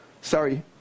sorry